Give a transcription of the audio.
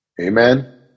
Amen